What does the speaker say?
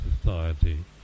society